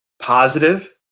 positive